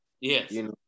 Yes